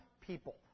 people